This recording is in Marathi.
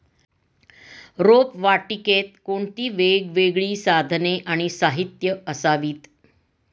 रोपवाटिकेत कोणती वेगवेगळी साधने आणि साहित्य असावीत?